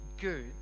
good